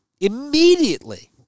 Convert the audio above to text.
Immediately